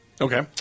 Okay